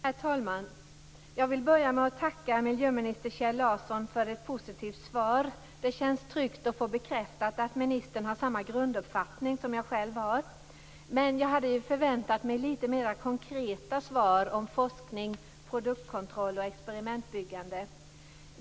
Herr talman! Jag vill börja med att tacka miljöminister Kjell Larsson för ett positivt svar. Det känns tryggt att få bekräftat att ministern har samma grunduppfattning som jag själv har. Jag hade dock förväntat mig lite mera konkreta svar om forskning, produktkontroll och experimentbyggande.